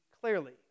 clearly